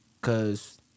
cause